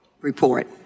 report